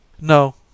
No